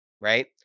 right